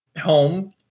home